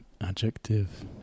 Adjective